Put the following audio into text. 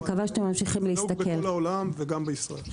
זה נהוג בכל העולם וגם בישראל.